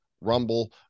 rumble